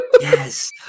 Yes